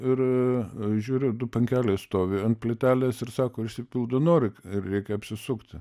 ir žiūriu du pankeliai stovi ant plytelės ir sako išsipildo norai ir reikia apsisukti